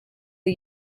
are